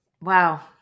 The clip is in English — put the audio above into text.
Wow